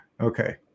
Okay